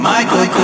Michael